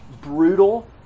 brutal